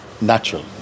Natural